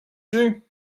you